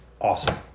awesome